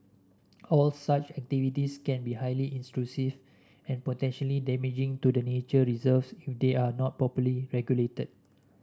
all such activities can be highly intrusive and potentially damaging to the nature reserves if they are not properly regulated